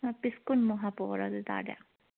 ꯑꯥ ꯄꯤꯁ ꯀꯨꯟꯃꯨꯛ ꯍꯥꯞꯄꯛꯑꯣꯔꯥ ꯑꯗꯨꯇꯥꯔꯗꯤ